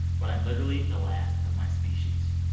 but i'm literally the last of my species.